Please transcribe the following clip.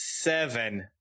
Seven